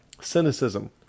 cynicism